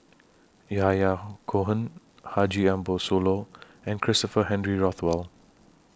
Yahya Cohen Haji Ambo Sooloh and Christopher Henry Rothwell